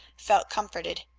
felt comforted.